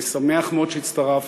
אני שמח מאוד שהצטרפת,